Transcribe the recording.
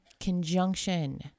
conjunction